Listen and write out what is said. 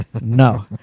No